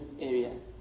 areas